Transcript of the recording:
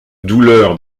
douleur